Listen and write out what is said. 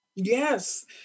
Yes